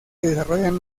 desarrollan